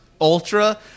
ultra